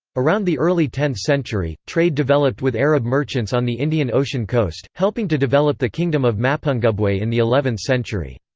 around the early tenth century, trade developed with arab merchants on the indian ocean coast, helping to develop the kingdom of mapungubwe in the eleventh century.